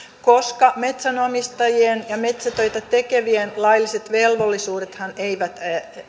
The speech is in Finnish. koska metsänomistajien ja metsätöitä tekevien lailliset velvollisuudethan eivät